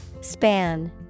Span